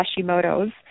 Hashimoto's